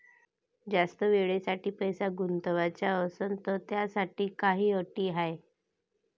जास्त वेळेसाठी पैसा गुंतवाचा असनं त त्याच्यासाठी काही अटी हाय?